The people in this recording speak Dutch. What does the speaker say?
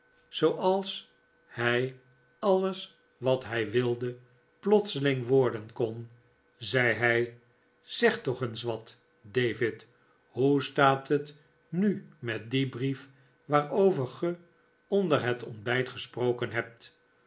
zooals hij alles wat hij wilde plotseling worden kon zei hij zeg toch eens wat david hoe staat het nu met dien brief waarover ge onder het ontbijt gesproken hebt